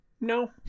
no